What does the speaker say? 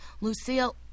Lucille